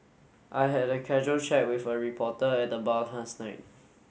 I had a casual chat with a reporter at the bar last night